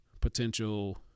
potential